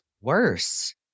worse